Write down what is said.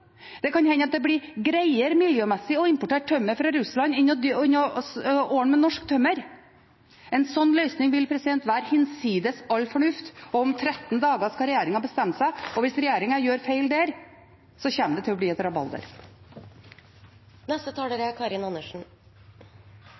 Det kan hende det blir greiere miljømessig å importere tømmer fra Russland enn å bruke norsk tømmer. En slik løsning vil være hinsides all fornuft, og om 13 dager skal regjeringen bestemme seg, og hvis regjeringen gjør feil der, kommer det til å bli et